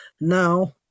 now